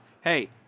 hey